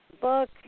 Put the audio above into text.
book